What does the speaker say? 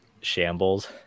shambles